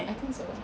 I think so